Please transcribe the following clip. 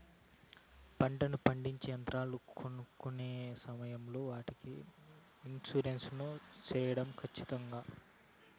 పంట నూర్పిడి యంత్రాలు కొనుక్కొనే సమయం లో వాటికి ఇన్సూరెన్సు సేయడం ఖచ్చితంగా?